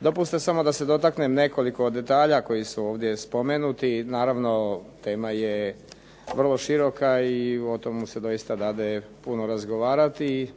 Dopustite samo da se dotaknem nekoliko detalja koji su ovdje spomenuti. Naravno tema je vrlo široka i o tome se doista dade puno razgovarati